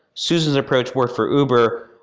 susan's approach worked for uber,